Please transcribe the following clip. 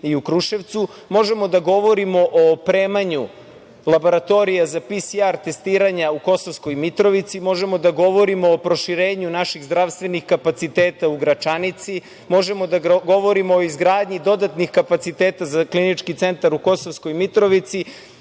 i u Kruševcu, možemo da govorimo o opremanju laboratorija za PSR testiranje u Kosovskoj Mitrovici. Možemo da govorimo o proširenju naših zdravstvenih kapaciteta u Gračanici, možemo da govorimo o izgradnji dodatnih kapaciteta za klinički centar u Kosovskoj Mitrovici,